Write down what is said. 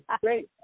great